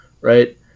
right